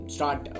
Start